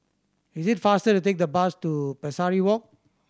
is it faster to take the bus to Pesari Walk